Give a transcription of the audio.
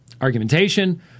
argumentation